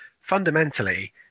fundamentally